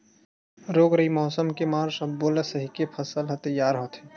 रोग राई, मउसम के मार सब्बो ल सहिके फसल ह तइयार होथे